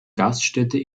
gaststätte